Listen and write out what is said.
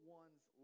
one's